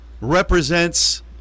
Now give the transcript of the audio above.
represents